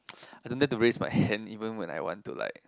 I don't dare to raise my hand even I want to like